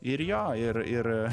ir jo ir ir